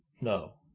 No